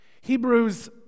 Hebrews